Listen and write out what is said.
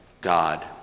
God